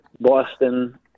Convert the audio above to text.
Boston